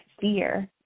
fear